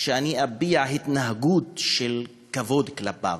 שאני אביע התנהגות של כבוד כלפיו.